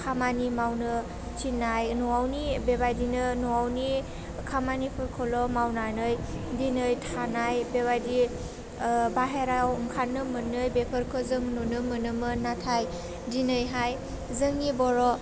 खामानि मावनो थिनाय न'आवनि बेबायदिनो न'आवनि खामानिफोरखौल' मावनानै दिनै थानाय बेबायदि बाहेरायाव ओंखारनो मोनै बेफोरखौ जों नुनो मोनोमोन नाथाय दिनैहाय जोंनि बर'